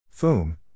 Foom